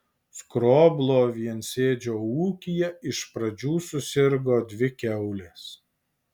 skroblo viensėdžio ūkyje iš pradžių susirgo dvi kiaulės